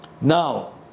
Now